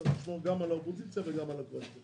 צריך לשמור גם על האופוזיציה וגם על הקואליציה.